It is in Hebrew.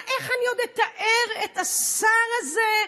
איך אני עוד אתאר את השר הזה,